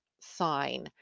sign